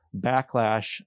backlash